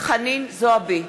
חנין זועבי,